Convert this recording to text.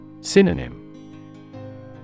Synonym